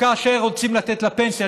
שכאשר רוצים לתת לפנסיה,